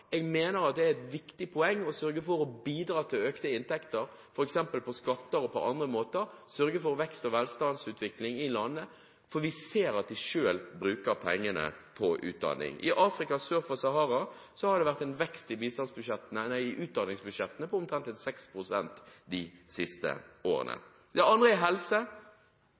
Jeg mener det er et viktig poeng å sørge for å bidra til økte inntekter – f.eks. gjennom skatter og på andre måter – sørge for vekst og velstandsutvikling i landene, for vi ser at de selv bruker pengene på utdanning. I Afrika sør for Sahara har det vært en vekst i utdanningsbudsjettene på omtrent 6 pst. de siste årene. Det andre er helse